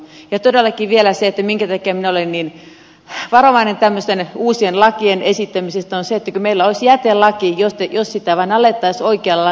ja todellakin vielä se minkä takia minä olen niin varovainen tämmöisten uusien lakien esittämisestä on se että kun meillä olisi jätelaki jos sitä vain alettaisiin oikealla lailla noudattamaan